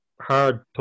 hard